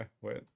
wait